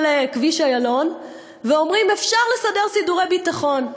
כביש איילון ואומרים: אפשר לסדר סידורי ביטחון.